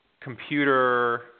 computer